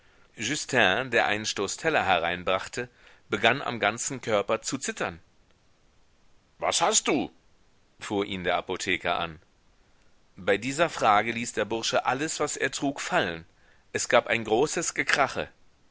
justin der einen stoß teller hereinbrachte begann am ganzen körper zu zittern was hast du fuhr ihn der apotheker an bei dieser frage ließ der bursche alles was er trug fallen es gab ein großes gekrache